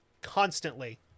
constantly